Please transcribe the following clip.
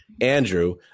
Andrew